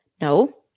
No